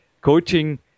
Coaching